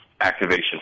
Activation